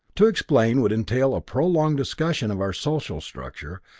to explain would entail a prolonged discussion of our social structure,